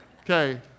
Okay